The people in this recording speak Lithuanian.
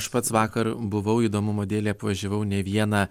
aš pats vakar buvau įdomumo dėlei apvažiavau ne vieną